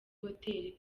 hoteli